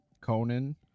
Conan